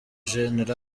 gen